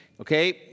Okay